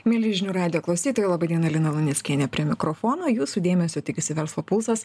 mieli žinių radijo klausytojai laba diena lina luneckienė prie mikrofono jūsų dėmesio tikisi verslo pulsas